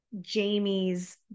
Jamie's